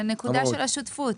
לנקודה של השותפות.